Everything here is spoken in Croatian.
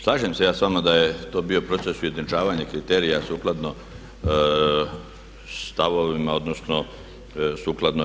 Slažem se ja s vama da je to bio proces ujednačavanja kriterija sukladno stavovima odnosno sukladno EU.